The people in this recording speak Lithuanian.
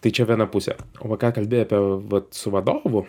tai čia viena pusė o ką kalbi apie vat su vadovu